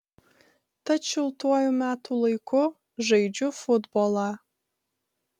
tad šiltuoju metų laiku žaidžiu futbolą